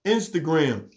Instagram